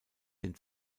den